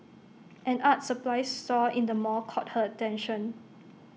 an art supplies store in the mall caught her attention